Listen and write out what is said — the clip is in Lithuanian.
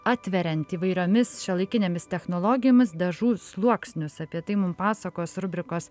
atveriant įvairiomis šiuolaikinėmis technologijomis dažų sluoksnius apie tai mum pasakos rubrikos